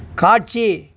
காட்சி